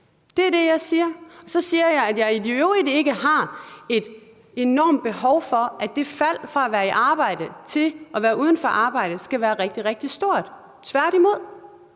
Det er det, jeg siger. Så siger jeg, at jeg i øvrigt ikke har et enormt behov for at det fald i indkomst fra at være i arbejde til at være uden arbejde skal være rigtig, rigtig stort, tværtimod.